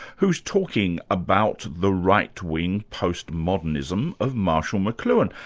who's talking about the right-wing postmodernism of marshall mcluhan.